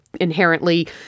inherently